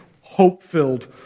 hope-filled